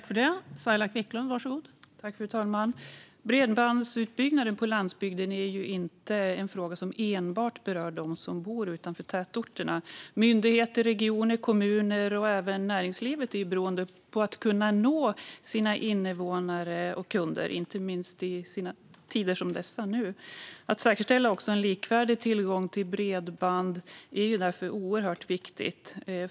Fru talman! Bredbandsutbyggnaden på landsbygden är inte en fråga som enbart berör dem som bor utanför tätorterna. Myndigheter, regioner, kommuner och även näringslivet är beroende av att kunna nå sina invånare och kunder, inte minst i tider som dessa. Att säkerställa en likvärdig tillgång till bredband är därför oerhört viktigt.